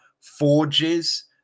forges